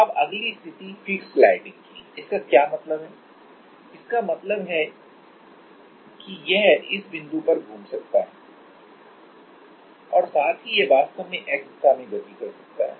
अब अगली स्थिति फिक्स्ड स्लाइडिंग की लेते हैंअ इसका क्या मतलब है इसका मतलब है कि यह इस बिंदु पर घूम सकता है और साथ ही यह वास्तव में X दिशा में गति कर सकता है